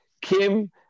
Kim